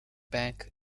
bank